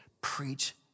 Preach